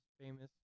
famous